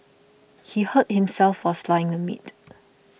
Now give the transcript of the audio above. he hurt himself while slicing the meat